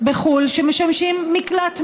בחו"ל שמשמשים מקלט מס.